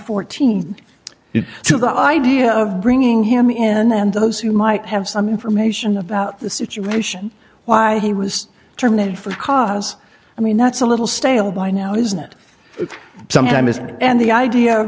fourteen did so the idea of bringing him in and those who might have some information about the situation why he was terminated for cause i mean that's a little stale by now isn't sometimes and the idea of